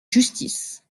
justice